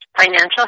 financial